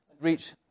reach